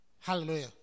Hallelujah